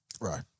right